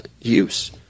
use